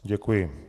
Děkuji.